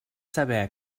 saber